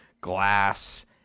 glass